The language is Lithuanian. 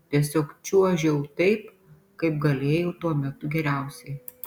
tiesiog čiuožiau taip kaip galėjau tuo metu geriausiai